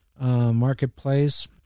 Marketplace